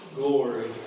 glory